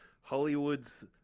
Hollywood's